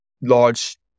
large